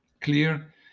clear